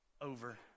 over